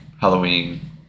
Halloween